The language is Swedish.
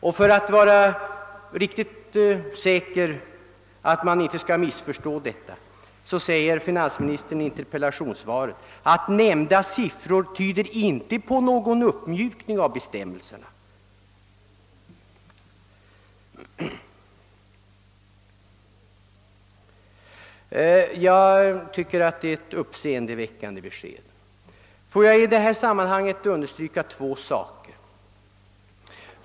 Och för att vara riktigt säker på att man inte skall missförstå detta, säger finansministern i interpellationssvaret att nämnda siffror inte tyder på att någon uppmjukning av bestämmelserna skulle vara erforderlig. Jag tycker att det är ett uppseendeväckande besked. Låt mig i detta sammanhang understryka två saker.